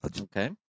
okay